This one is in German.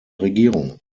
regierung